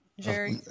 Jerry